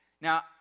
Now